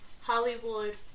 Hollywood